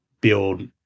build